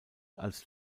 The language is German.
als